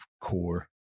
core